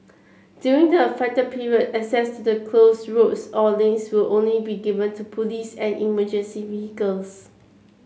during the affected period access to the closed roads or lanes will only be given to police and emergency vehicles